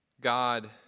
God